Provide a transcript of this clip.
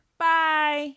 bye